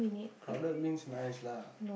crowded means nice lah